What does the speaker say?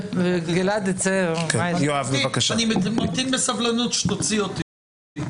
אני ממתין בסבלנות שתוציא אותי.